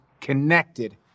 connected